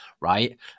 right